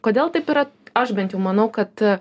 kodėl taip yra aš bent jau manau kad